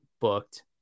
booked